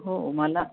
हो मला